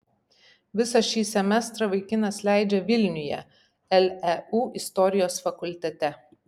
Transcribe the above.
visą šį semestrą vaikinas leidžia vilniuje leu istorijos fakultete